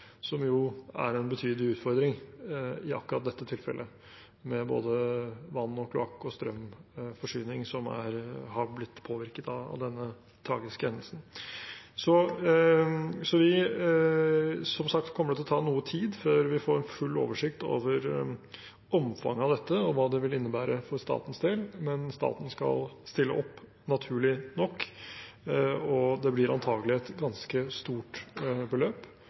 som jo er en betydelig utfordring i akkurat dette tilfellet. Både vann, kloakk og strømforsyning har blitt påvirket av denne tragiske hendelsen. Som sagt kommer det til å ta noe tid før vi får full oversikt over omfanget av dette og hva det vil innebære for statens del. Men staten skal naturlig nok stille opp, og det blir antakelig et ganske stort beløp